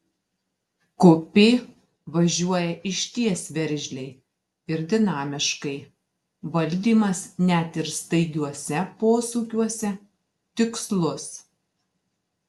kupė važiuoja išties veržliai ir dinamiškai valdymas net ir staigiuose posūkiuose tikslus